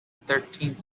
thirteenth